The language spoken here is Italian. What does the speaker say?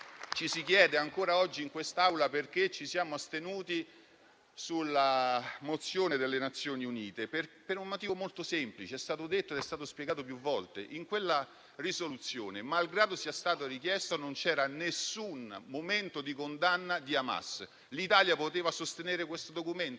Ci si chiede ancora oggi in quest'Aula perché ci siamo astenuti sulla risoluzione delle Nazioni Unite, ma il motivo è molto semplice ed è stato spiegato più volte: in quella risoluzione, malgrado sia stato richiesto, non c'era nessun momento di condanna di Hamas. L'Italia poteva sostenere questo documento?